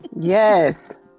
yes